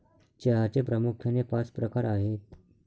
चहाचे प्रामुख्याने पाच प्रकार आहेत